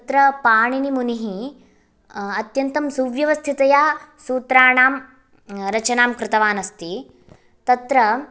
तत्र पाणिनिमुनिः अत्यन्तं सुव्यवस्थितया सूत्राणां रचनां कृतवान् अस्ति तत्र